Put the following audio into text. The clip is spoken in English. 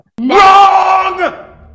Wrong